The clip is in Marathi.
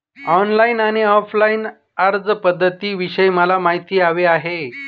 ऑनलाईन आणि ऑफलाईन अर्जपध्दतींविषयी मला माहिती हवी आहे